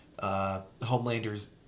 Homelander's